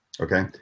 Okay